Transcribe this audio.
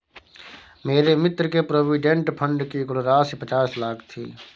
मेरे मित्र के प्रोविडेंट फण्ड की कुल राशि पचास लाख थी